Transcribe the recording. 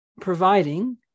providing